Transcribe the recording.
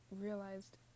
realized